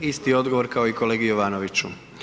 Isti odgovor kao i kolegi Jovanoviću.